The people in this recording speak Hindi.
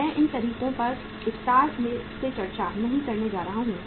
मैं इन तरीकों पर विस्तार से चर्चा नहीं करने जा रहा हूं